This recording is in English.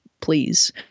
Please